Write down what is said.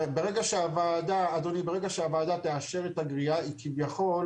ברגע שהוועדה מאשרת את הגריעה היא כביכול